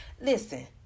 Listen